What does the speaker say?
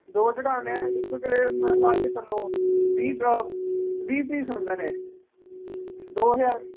ਦੋ ਚੜਾਣੇ ਐ ਇੱਕ ਕਰੇਟ ਨਾਲ ਲਾ ਕੇ ਚੱਲੋ ਵੀਹ ਵੀਹ ਪੀਸ ਹੁੰਦੇ ਨੇ ਦੋ ਹਜ਼ਾਰ